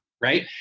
right